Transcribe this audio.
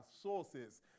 sources